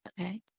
okay